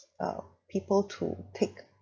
uh people to take